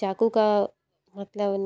चाकू का मतलब